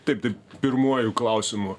taip tai pirmuoju klausimu